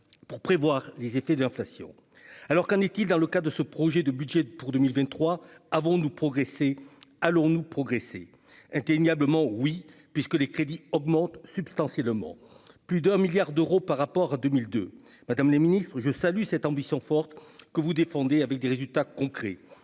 pour parer aux effets de l'inflation. Qu'en est-il dans le cadre de ce projet de budget pour 2023 ? Avons-nous progressé ? Allons-nous progresser ? Indéniablement, oui, puisque les crédits augmentent substantiellement : +1 milliard d'euros par rapport à 2022. Madame la ministre, je salue l'ambition forte que vous défendez et les résultats concrets